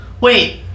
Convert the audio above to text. wait